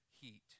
heat